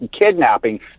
kidnapping